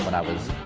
but i was.